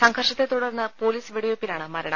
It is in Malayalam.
സംഘർഷത്തെത്തുടർന്ന് പൊലീസ് വെടി വെയ്പിലാണ് മരണം